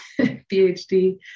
PhD